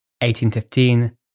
1815